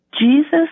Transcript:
Jesus